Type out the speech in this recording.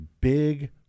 big